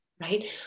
right